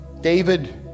David